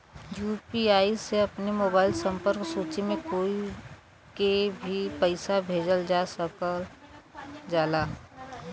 UPI से अपने mobile संपर्क सूची में कोई के भी पइसा भेजल जा सकल जाला